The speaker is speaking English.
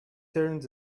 turns